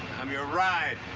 i'm your ride.